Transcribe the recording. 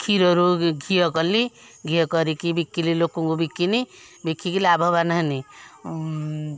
କ୍ଷୀରରୁ ଘିଅ କଲି ଘିଅ କରିକି ବିକିଲି ଲୋକଙ୍କୁ ବିକିନି ବିକିକି ଲଭାବାନ ହେନି